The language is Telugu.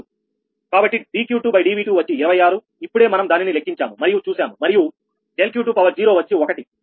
కాబట్టి dQ2dV2 వచ్చి 26 ఇప్పుడే మనం దానిని లెక్కించాము మరియు చూసాము మరియు ∆Q20వచ్చి 1